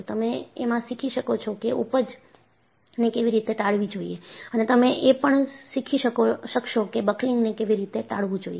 તમે એમાં શીખી શકશો કે ઊપજ ને કેવી રીતે ટાળવી જોઈએ અને તમે એ પણ શીખી શકશો કે બકલિંગ ને કેવી રીતે ટાળવું જોઈએ